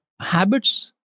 habits